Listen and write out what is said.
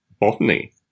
botany